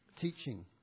teaching